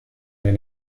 den